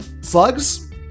Slugs